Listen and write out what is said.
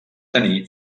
tenir